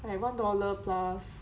like one dollar plus